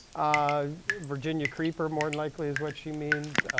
um virginia creeper, more than likely is what she means,